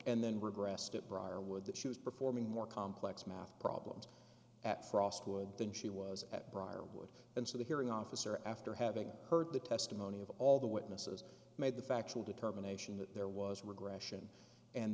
and then regressed at briarwood that she was performing more complex math problems at frost would than she was at briarwood and so the hearing officer after having heard the testimony of all the witnesses made the factual determination that there was a regression and